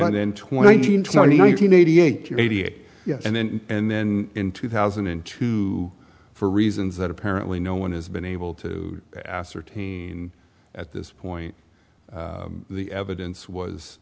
eight and then and then in two thousand and two for reasons that apparently no one has been able to ascertain at this point the evidence was